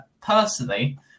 personally